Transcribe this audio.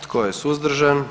Tko je suzdržan?